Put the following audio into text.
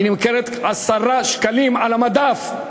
היא נמכרת ב-10 שקלים על המדף.